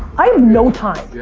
i have no time. yeah,